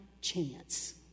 chance